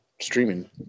streaming